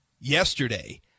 yesterday